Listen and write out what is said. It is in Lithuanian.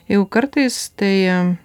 jau kartais tai